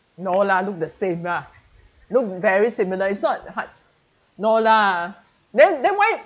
no lah look the same ah look very similar it's not hard no lah then then why